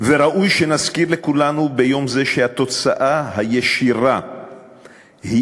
וראוי שנזכיר לכולנו ביום זה שהתוצאה הישירה היא